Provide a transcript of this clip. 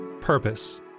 Purpose